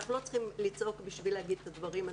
אנחנו לא צריכים לצעוק בשביל להגיד את הדברים.